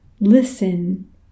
listen